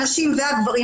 הנשים והגברים,